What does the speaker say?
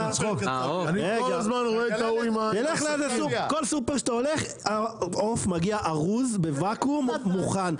כל סופר שאתה הולך העוף מגיע ארוז בוואקום, מוכן.